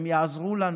הן יעזרו לנו,